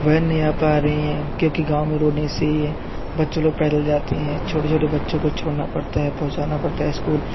when नहीं आ पा रही है क्योंकि गाँव में रोड नहीं सही है बच्चे लोग पैदल जाती हैं छोटे छोटे बच्चों को छोड़ना पड़ता है पहुँचाना पड़ता है स्कूल